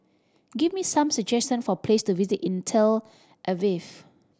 give me some suggestion for place to visit in Tel Aviv